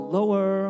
Lower